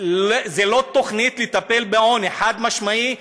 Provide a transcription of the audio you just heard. זה לא תוכנית לטפל בעוני, חד-משמעית.